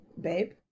babe